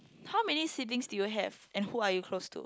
how many siblings do you have and who are you close to